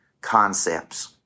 concepts